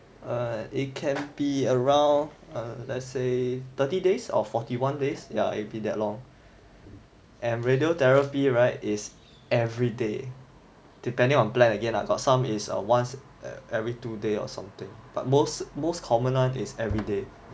err it can be around err let's say thirty days or forty one days yeah it'd be that long and radiotherapy right is every day depending on plan again lah got some is err once every two day or something but most most common one is every day